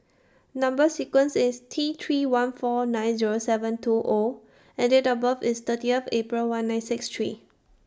Number sequence IS T three one four nine Zero seven two O and Date of birth IS thirty F April one nine six three